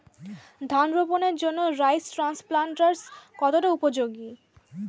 ধান রোপণের জন্য রাইস ট্রান্সপ্লান্টারস্ কতটা উপযোগী?